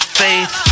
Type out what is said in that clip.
faith